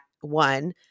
one